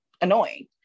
annoying